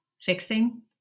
fixing